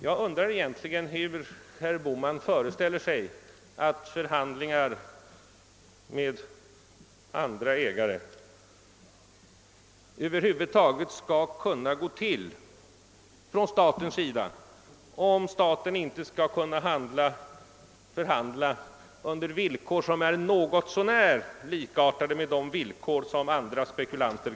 Jag undrar hur herr Bohman egentligen föreställer sig att staten över huvud taget skall kunna föra förhandlingar med andra ägare, om den inte skall kunna göra det under villkor som är något så när lika de villkor som gäller för andra spekulanter.